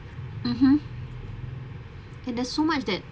mmhmm and there's so much that